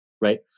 right